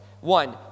One